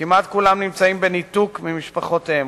כמעט כולם נמצאים בניתוק ממשפחותיהם,